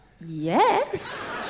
Yes